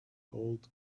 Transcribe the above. gold